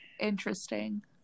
Interesting